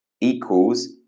equals